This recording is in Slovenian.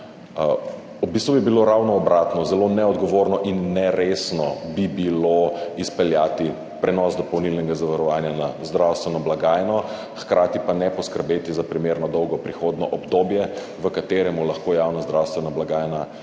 V bistvu je bilo ravno obratno, zelo neodgovorno in neresno bi bilo izpeljati prenos dopolnilnega zavarovanja na zdravstveno blagajno, hkrati pa ne poskrbeti za primerno dolgo prehodno obdobje, v katerem lahko javna zdravstvena blagajna